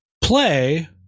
Play